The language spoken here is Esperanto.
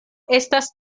estas